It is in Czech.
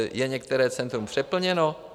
Je některé centrum přeplněno?